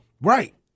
Right